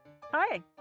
Hi